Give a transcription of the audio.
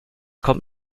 kommt